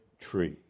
tree